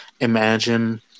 imagine